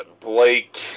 Blake